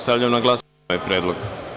Stavljam na glasanje ovaj predlog.